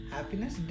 Happiness